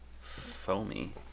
Foamy